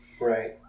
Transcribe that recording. Right